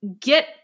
get